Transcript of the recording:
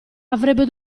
avrebbe